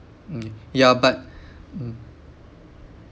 mm yeah but mm